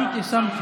שמתי, שמתי.